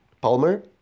Palmer